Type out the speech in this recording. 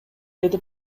деди